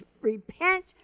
repent